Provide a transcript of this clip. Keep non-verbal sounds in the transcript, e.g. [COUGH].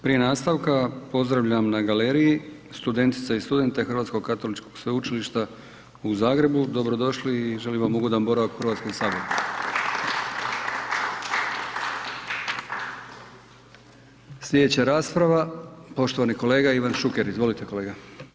Prije nastavka, pozdravljam na galeriji studentice i studente Hrvatskog katoličkog sveučilišta u Zagrebu, dobrodošli i želim vam ugodan boravak u HS-u. [APPLAUSE] Sljedeća rasprava, poštovani kolega Ivan Šuker, izvolite kolega.